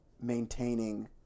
maintaining